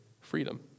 freedom